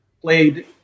played